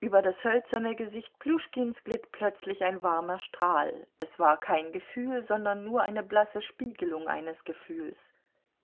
über das hölzerne gesicht pljuschkins glitt plötzlich ein warmer strahl es war kein gefühl sondern nur eine blasse spiegelung eines gefühls